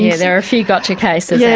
yeah there are a few gotcha cases yeah